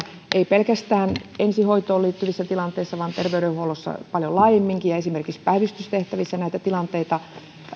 ei pelkästään ensihoitoon liittyvissä tilanteissa vaan terveydenhuollossa paljon laajemminkin ja esimerkiksi päivystystehtävissä